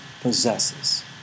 possesses